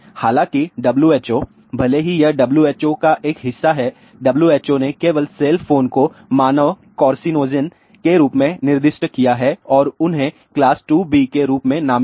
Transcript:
हालांकि WHO भले ही यह WHO का एक हिस्सा है WHO ने केवल सेल फोन को मानव कार्सिनोजेन के रूप में निर्दिष्ट किया और उन्हें क्लास 2B के रूप में नामित किया